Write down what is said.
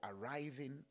Arriving